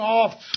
off